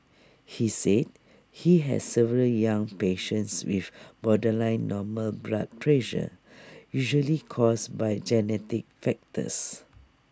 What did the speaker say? he said he has several young patients with borderline normal blood pressure usually caused by genetic factors